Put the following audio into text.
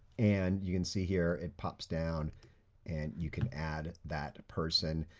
and you can see here, it pops down and you can add that person,